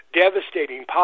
devastating